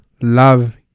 love